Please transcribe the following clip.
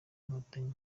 nkotanyi